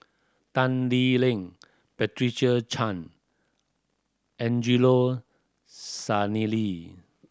Tan Lee Leng Patricia Chan Angelo Sanelli